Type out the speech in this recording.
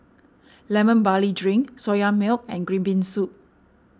Lemon Barley Drink Soya Milk and Green Bean Soup